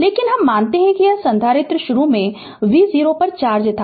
लेकिन हम मानते हैं कि यह संधारित्र शुरू में v0 पर चार्ज था